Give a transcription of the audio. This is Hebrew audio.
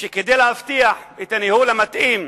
שכדי להבטיח את הניהול המתאים,